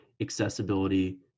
accessibility